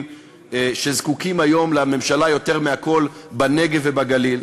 שזקוקים היום לממשלה יותר מכול בנגב ובגליל,